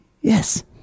Yes